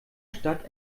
stadt